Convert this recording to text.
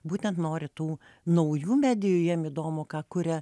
būtent nori tų naujų medijų jiem įdomu ką kuria